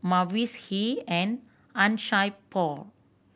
Mavis Hee and Han Sai Por